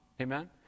Amen